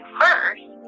first